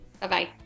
Bye-bye